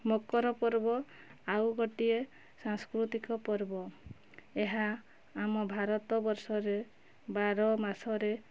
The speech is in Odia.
ମକର ପର୍ବ ଆଉ ଗୋଟିଏ ସାଂସ୍କୃତିକ ପର୍ବ ଏହା ଆମ ଭାରତବର୍ଷରେ ବାରମାସରେ